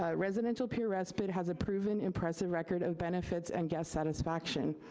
ah residential peer respite has a proven impressive record of benefits and guest satisfaction.